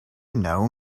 know